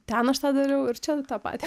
ten aš tą dariau ir čia tą patį